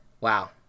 Wow